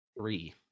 three